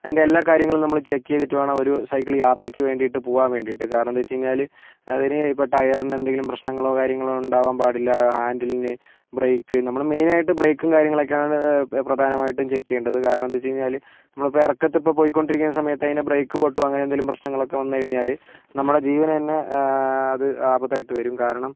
അതിന്റെ എല്ലാ കാര്യങ്ങളും നമ്മൾ ചെക്ക് ചെയ്തിട്ട് വേണം ഒരു സൈക്കിൾ യാത്രയ്ക്ക് വേണ്ടിയിട്ട് പോകാൻ വേണ്ടിയിട്ട് കാരണമെന്ന് വെച്ച്കഴിഞ്ഞാൽ അതിന് ഇപ്പോൾ ടയറിന് എന്തെങ്കിലും പ്രശ്നങ്ങളോ കാര്യങ്ങളോ ഉണ്ടാവാൻ പാടില്ല ഹാൻഡിൽ ബ്രേക്ക് നമ്മുടെ മെയിൻ ആയിട്ട് ബ്രേക്കും കാര്യങ്ങളൊക്കെ പ്രധാനമായും ചെക്ക് ചെയ്യേണ്ടത് കാരണമെന്തെന്ന് വെച്ച് കഴിഞ്ഞാൽ നമ്മളെപ്പോൾ ഇറക്കത്തിൽ ഇപ്പോൾ പോയിക്കൊണ്ടിരിക്കുന്ന സമയത്ത് അതിന് ബ്രേക്ക് പൊട്ടോ അങ്ങനെ എന്തെങ്കിലും പ്രശ്നങ്ങളൊക്കെ വന്നു കഴിഞ്ഞാൽ നമ്മളുടെ ജീവനുതന്നെ അത് ആപത്തായിട്ട് വരും കാരണം